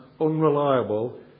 unreliable